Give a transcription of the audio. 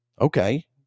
okay